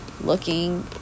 looking